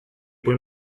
puoi